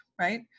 Right